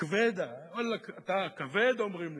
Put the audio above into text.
הכְּבֵידָה, וואלכ, אתה כבד, אומרים לו.